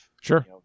Sure